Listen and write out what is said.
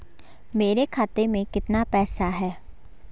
मेरे खाते में कितना पैसा है?